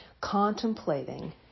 Contemplating